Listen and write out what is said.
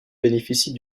bénéficie